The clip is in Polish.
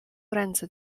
ręce